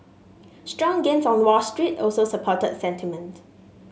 strong gains on Wall Street also supported sentiment